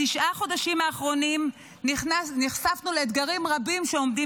בתשעת החודשים האחרונים נחשפנו לאתגרים רבים שעומדים